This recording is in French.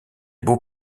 beaux